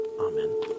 Amen